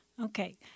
okay